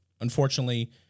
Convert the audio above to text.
Unfortunately